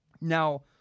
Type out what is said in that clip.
Now